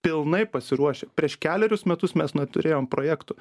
pilnai pasiruošę prieš kelerius metus mes neturėjom projektų